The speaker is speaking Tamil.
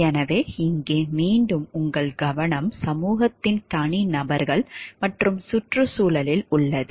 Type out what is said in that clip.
எனவே இங்கே மீண்டும் உங்கள் கவனம் சமூகத்தின் தனிநபர்கள் மற்றும் சுற்றுச்சூழலில் உள்ளது